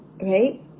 Right